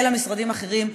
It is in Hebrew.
אלא משרדים אחרים,